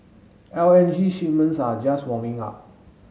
L N G shipments are just warming up